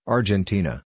Argentina